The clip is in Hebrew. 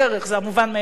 זה המובן מאליו.